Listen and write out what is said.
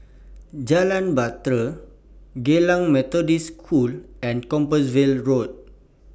Jalan Bahtera Geylang Methodist School and Compassvale Road